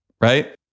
Right